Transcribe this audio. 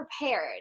prepared